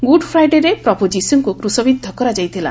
good ଫ୍ରାଇଡେରେ ପ୍ରଭୁ ଯିଶୁଙ୍କର କ୍ରୁଶବିଦ୍ଧ କରାଯାଇଥିଲା